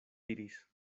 diris